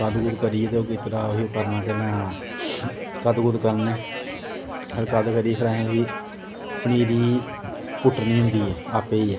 कद करियै फिर इद्धरा ओह् करना केह् नाम कद करने कद करियै फिर असें उसी पनीरी पुट्टनी होंदी ऐ आपें ई ऐ